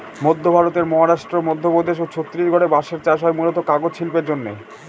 মধ্য ভারতের মহারাষ্ট্র, মধ্যপ্রদেশ ও ছত্তিশগড়ে বাঁশের চাষ হয় মূলতঃ কাগজ শিল্পের জন্যে